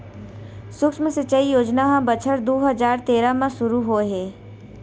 सुक्ष्म सिंचई योजना ह बछर दू हजार तेरा म सुरू होए हे